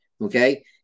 Okay